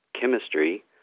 chemistry